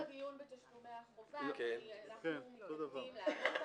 בהמשך לדיון בתשלומי החובה אנחנו מתנגדים לאמור כאן.